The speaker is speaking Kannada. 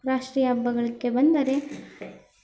ರಾಷ್ಟ್ರೀಯ ಹಬ್ಬಗಳಿಗೆ ಬಂದರೆ